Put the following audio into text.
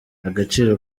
agaciro